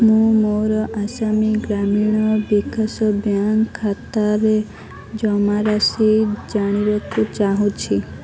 ମୁଁ ମୋର ଆସାମି ଗ୍ରାମୀଣ ବିକାଶ ବ୍ୟାଙ୍କ୍ ଖାତାରେ ଜମାରାଶି ଜାଣିବାକୁ ଚାହୁଁଛି